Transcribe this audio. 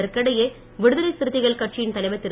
இதற்கிடையே விடுதலைச் சிறுத்தைகள் கட்சியின் தலைவர் திரு